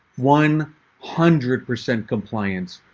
one hundred percent compliance.